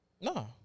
No